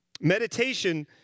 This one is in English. Meditation